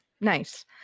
Nice